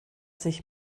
sich